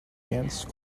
dance